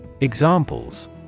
Examples